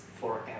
forever